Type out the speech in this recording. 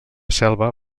selva